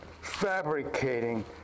fabricating